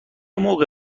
موقع